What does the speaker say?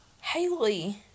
Haley